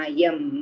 Ayam